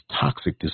toxic